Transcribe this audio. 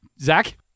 Zach